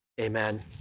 amen